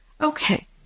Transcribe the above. Okay